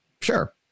Sure